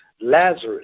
Lazarus